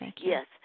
Yes